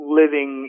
living